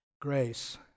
Grace